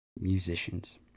musicians